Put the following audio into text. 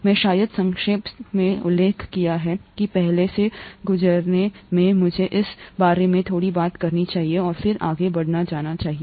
मैं शायद संक्षेप में उल्लेख किया है कि पहले से गुजरने में मुझे इसके बारे में थोड़ी बात करनी चाहिए और फिर आगे जाना चाहिए